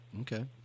Okay